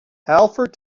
halford